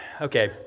Okay